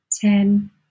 ten